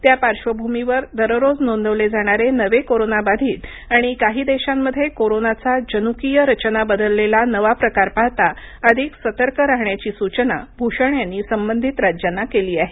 त्या पार्श्वभूमीवर दररोज नोंदवले जाणारे नवे कोरोना बाधित आणि काही देशांमध्ये कोरोनाचा जनुकीय रचना बदललेला नवा प्रकार पाहता अधिक सतर्क राहण्याची सूचना भूषण यांनी संबंधित राज्यांना केली आहे